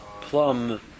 plum